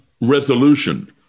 resolution